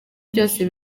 byose